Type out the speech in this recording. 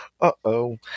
Uh-oh